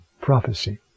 prophecy